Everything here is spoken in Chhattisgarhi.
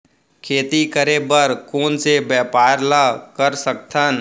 खेती करे बर कोन से व्यापार ला कर सकथन?